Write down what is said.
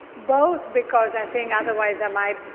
both because i think otherwise i might